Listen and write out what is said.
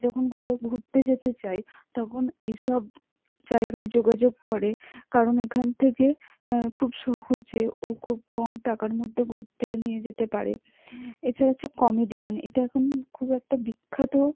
যখন কোথাও ঘুরতে যেতে চায় তখন এসব জায়গায় যোগাযোগ করে কারণ এখান থেকে খুব সহজে ও খুব কম টাকার মধ্যে ঘুরতে নিয়ে যেতে পারে এছাড়া হচ্ছে কমেডিয়ান এটা এখন খুব একটা বিখ্যাত